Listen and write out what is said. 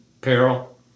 peril